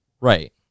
Right